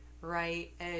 right